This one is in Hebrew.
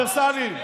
הקונטרוברסליים.